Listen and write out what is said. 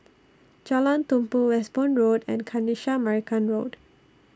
Jalan Tumpu Westbourne Road and Kanisha Marican Road